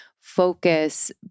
focus